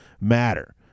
matter